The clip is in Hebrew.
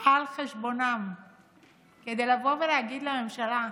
על חשבונם כדי לבוא ולהגיד לממשלה: